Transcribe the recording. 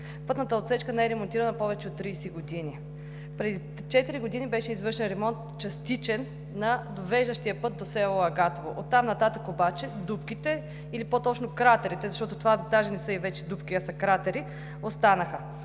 Пътната отсечка не е ремонтирана повече от 30 г. Преди 4 г. беше извършен частичен ремонт на довеждащия път до село Агатово. Оттам нататък дупките или по-точно – кратерите, защото това даже не са дупки, а кратери, останаха.